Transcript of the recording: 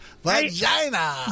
Vagina